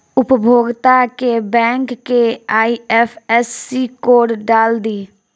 उपभोगता के बैंक के आइ.एफ.एस.सी कोड डाल दी